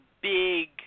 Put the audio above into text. big